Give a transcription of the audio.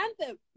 anthem